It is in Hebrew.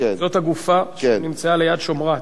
זאת הגופה שנמצאה ליד קיבוץ שמרת,